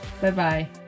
Bye-bye